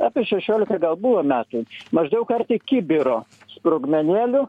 apie šešiolika gal buvo metų maždaug arti kibiro sprogmenėlių